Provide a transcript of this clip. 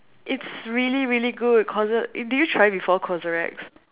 it's really really good CosRX did you try before CosRX